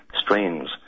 strains